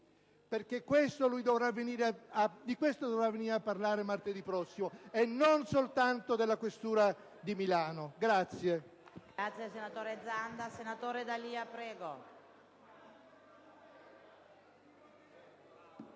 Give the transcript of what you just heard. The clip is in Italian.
*(PD)*. Di questo dovrà venire a parlare martedì prossimo, non soltanto della questura di Milano.